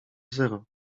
zero